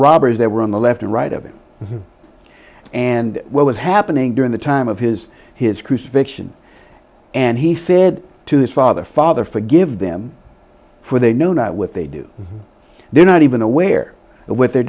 robbers that were on the left and right over there and what was happening during the time of his his crucifixion and he said to his father father forgive them for they know not what they do they're not even aware of what they're